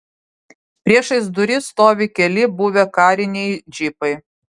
priešais duris stovi keli buvę kariniai džipai